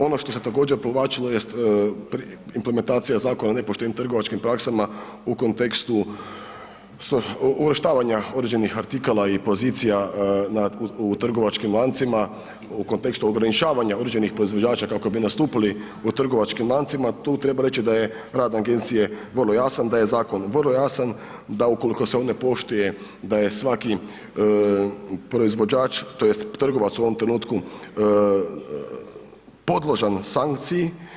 Ono što se također provlačilo jest implementacija Zakona o nepoštenim trgovačkim praksama u kontekstu uvrštavanja određenih artikala i pozicija u trgovačkim lancima, u kontekstu ograničavanja određenih proizvođača kako bi nastupili u trgovačkim lancima, tu treba reći da je rad agencije vrlo jasan, da je zakon vrlo jasan, da ukoliko se on ne poštuje da je svaki proizvođač tj. trgovac u ovom trenutku podložan sankciji.